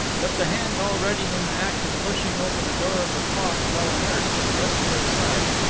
that the hand already in the act of pushing open the door of the clock fell inert and limp to her side,